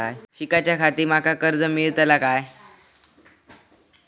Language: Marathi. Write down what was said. शिकाच्याखाती माका कर्ज मेलतळा काय?